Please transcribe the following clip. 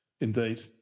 Indeed